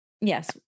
Yes